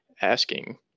asking